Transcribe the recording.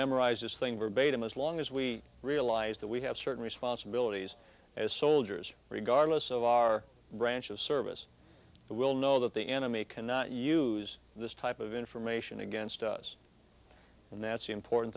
memorize this thing verbatim as long as we realize that we have certain responsibilities as soldiers regardless of our branch of service we'll know that the enemy cannot use this type of information against us and that's the important